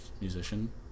musician